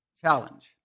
challenge